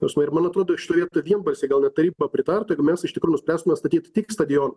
juos ir man atrodo šitoj vietoj vienbalsiai gal net taryba pritartų mes iš tikrųjų nuspręstume statyti tik stadioną